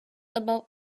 above